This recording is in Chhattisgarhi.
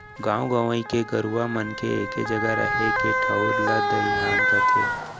गॉंव गंवई के गरूवा मन के एके जघा रहें के ठउर ला दइहान कथें